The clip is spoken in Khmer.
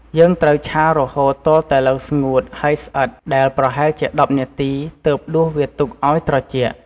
យើងត្រូវឆារហូតទាល់តែឡើងស្ងួតហើយស្អិតដែលប្រហែលជា ១០នាទីទើបដួសវាទុកឱ្យត្រជាក់។